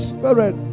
Spirit